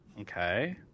Okay